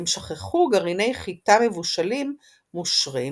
הם שכחו גרעיני חיטה מבושלים מושרים